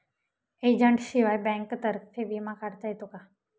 एजंटशिवाय बँकेतर्फे विमा काढता येतो का?